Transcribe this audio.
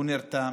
הוא נרתם,